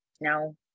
No